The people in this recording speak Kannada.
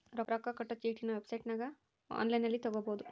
ರೊಕ್ಕ ಕಟ್ಟೊ ಚೀಟಿನ ವೆಬ್ಸೈಟನಗ ಒನ್ಲೈನ್ನಲ್ಲಿ ತಗಬೊದು